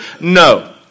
No